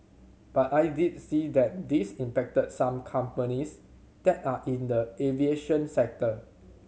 but I did see that this impacted some companies that are in the aviation sector